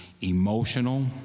emotional